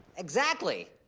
exactly.